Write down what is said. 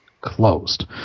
closed